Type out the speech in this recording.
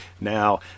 now